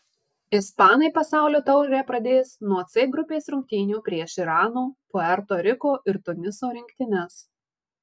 ispanai pasaulio taurę pradės nuo c grupės rungtynių prieš irano puerto riko ir tuniso rinktines